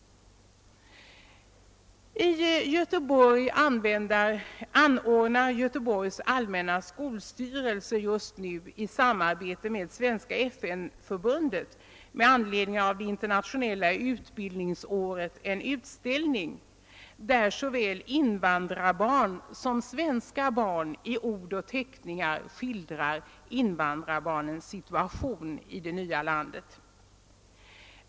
I Göteborg anordnar Göteborgs allmänna skolstyrelse just nu i samarbete med Svenska FN-förbundet med anledning av det internationella utbildningsåret en utställning, där såväl invandrarbarn som svenska barn i ord och teckningar skildrar invandrarbarnens situation i det nya landet.